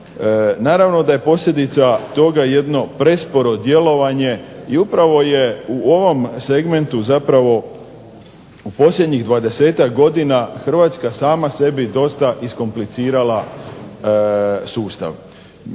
Naravno da je posljedica toga jedno presporo djelovanje i upravo je u ovom segmentu zapravo u posljednjih 20-ak godina Hrvatska sama sebi dosta iskomplicirala sustav.